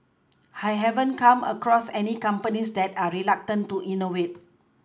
I haven't come across any companies that are reluctant to innovate